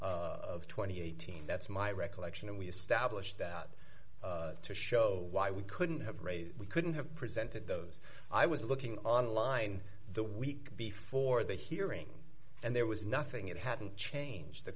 and eighteen that's my recollection and we established that to show why we couldn't have raised we couldn't have presented those i was looking online the week before the hearing and there was nothing it hadn't changed the